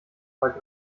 war